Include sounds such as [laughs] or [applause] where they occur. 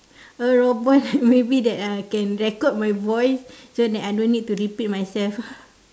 a robot [laughs] maybe that uh can record my voice so that I no need to repeat myself [laughs]